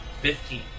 Fifteen